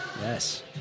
Yes